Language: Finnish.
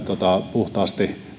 puhtaasti